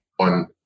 on